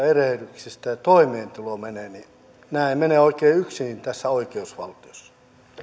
erehdyksestä ja toimeentulo menee niin nämä eivät mene oikein yksiin tässä oikeusvaltiossa